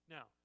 Now